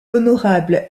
honorable